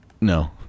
No